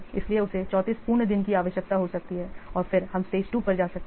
इसलिए उसे 34 पूर्ण दिन की आवश्यकता हो सकती है और फिर हम स्टेज 2 पर जा सकते हैं